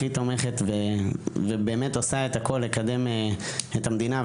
הכי תומכת ובאמת עושה את הכול לקדם את המדינה,